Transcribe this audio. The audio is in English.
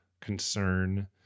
concern